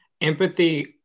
Empathy